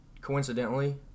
coincidentally